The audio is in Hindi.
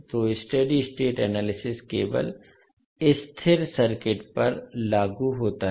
तो स्टेडी स्टेट एनालिसिस केवल स्थिर सर्किट पर लागू होता है